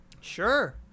Sure